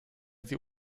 sie